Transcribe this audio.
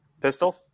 Pistol